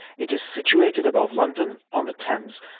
it is situated above london, on the thames,